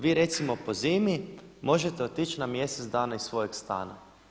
Vi recimo po zimi možete otići na mjesec dana iz svojeg stana.